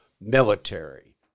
military